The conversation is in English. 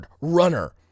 runner